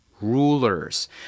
rulers